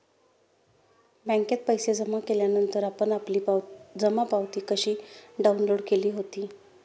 बँकेत पैसे जमा केल्यानंतर आपण आपली जमा पावती कशी डाउनलोड केली होती?